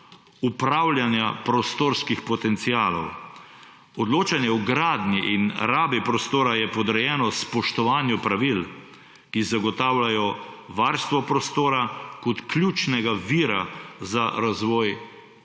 upravljanja prostorskih potencialov. Odločanje o gradnji in rabi prostora je podrejeno spoštovanju pravil, ki zagotavljajo varstvo prostora kot ključnega vira za razvoj